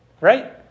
Right